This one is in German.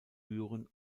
büren